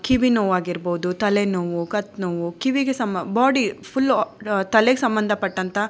ಕಿವಿ ನೋವಾಗಿರ್ಬೋದು ತಲೆ ನೋವು ಕತ್ತು ನೋವು ಕಿವಿಗೆ ಸಮ್ ಬಾಡಿ ಫುಲ್ ತಲೆಗೆ ಸಂಬಂಧಪಟ್ಟಂಥ